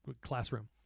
classroom